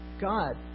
God